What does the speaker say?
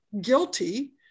guilty